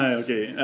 okay